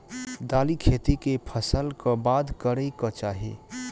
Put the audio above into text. दालि खेती केँ फसल कऽ बाद करै कऽ चाहि?